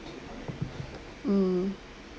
um